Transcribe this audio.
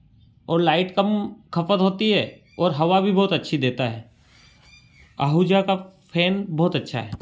और लाइट कम खपत होती है और हवा भी बहुत अच्छी देता है आहूजा का फैन बहुत अच्छा है